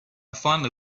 finally